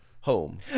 home